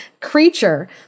Creature